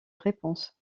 réponse